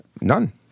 None